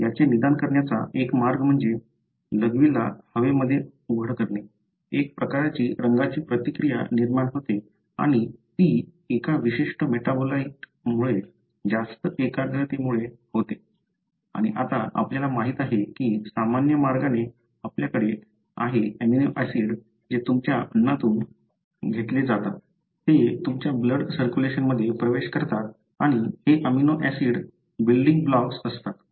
याचे निदान करण्याचा एक मार्ग म्हणजे लघवीला हवेमध्ये उघड करणे एक प्रकारची रंगाची प्रतिक्रिया निर्माण होते आणि ती एका विशिष्ट मेटाबोलाइटमुळे जास्त एकाग्रतेमुळे होते आणि आता आपल्याला माहित आहे की सामान्य मार्गाने आपल्याकडे आहे अमीनो ऍसिड जे तुमच्या अन्नातून घेतले जातात ते तुमच्या ब्लड सर्कुलेशन मध्ये प्रवेश करतात आणि हे अमीनो ऍसिड बिल्डिंग ब्लॉक्स असतात